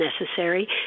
necessary